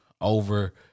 over